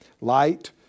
Light